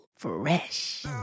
fresh